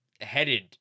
headed